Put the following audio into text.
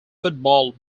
football